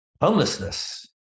homelessness